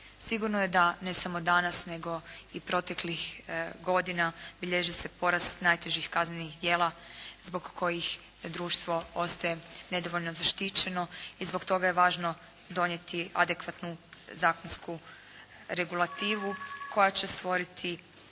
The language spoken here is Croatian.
Sigurno je da ne samo danas nego i proteklih godina bilježi se porast najtežih kaznenih djela zbog kojih društvo ostaje nedovoljno zaštićeno i zbog toga je važno donijeti adekvatnu zakonsku regulativu koja će stvoriti